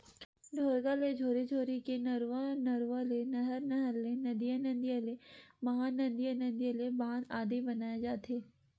ढोरगा ले झोरी, झोरी ले नरूवा, नरवा ले नहर, नहर ले नदिया, नदिया ले महा नदिया, नदिया ले बांध आदि बनाय जाथे